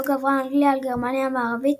בו גברה אנגליה על גרמניה המערבית,